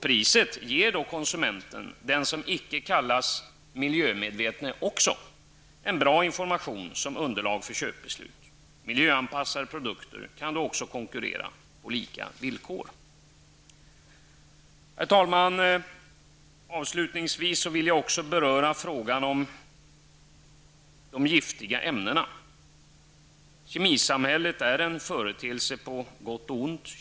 Priset ger då konsumenten -- också den som icke kallas miljömedveten -- en bra information som underlag för köpbeslut. Miljöanpassade produkter kan då också konkurrera på lika villkor. Avslutningsvis vill jag också beröra frågan om de giftiga ämnena. Kemisamhället är en företeelse på gott och ont.